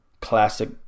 classic